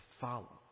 follow